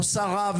או שרה,